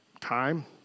time